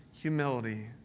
humility